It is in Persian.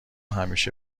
همیشه